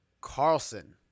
Carlson